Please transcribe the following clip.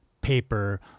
paper